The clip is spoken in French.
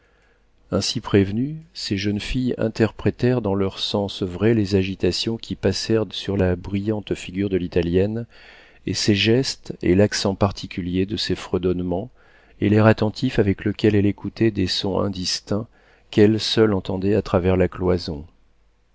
ainsi prévenues ces jeunes filles interprétèrent dans leur sens vrai les agitations qui passèrent sur la brillante figure de l'italienne et ses gestes et l'accent particulier de ses fredonnements et l'air attentif avec lequel elle écoutait des sons indistincts qu'elle seule entendait à travers la cloison